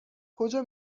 کجا